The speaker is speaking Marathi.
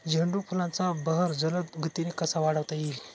झेंडू फुलांचा बहर जलद गतीने कसा वाढवता येईल?